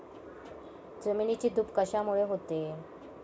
जमिनीची धूप कशामुळे होते?